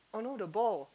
oh no the ball